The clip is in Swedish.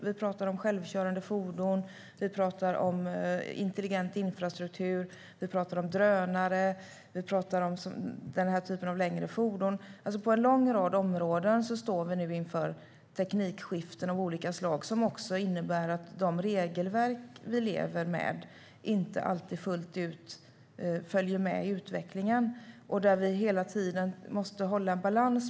Vi talar om självkörande fordon, intelligent infrastruktur, drönare och den här typen av längre fordon. På en lång rad områden står vi nu alltså inför teknikskiften av olika slag som också innebär att de regelverk som vi lever med inte alltid fullt ut följer med i utvecklingen. Vi måste hela tiden ha en balans.